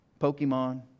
Pokemon